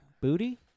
Booty